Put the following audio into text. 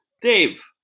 Dave